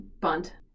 Bunt